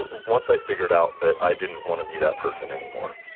once i figured out that i didn't want to be that person anymore